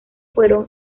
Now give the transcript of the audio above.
fueron